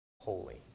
holy